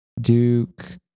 Duke